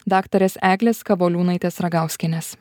daktarės eglės kavoliūnaitės ragauskienės